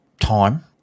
time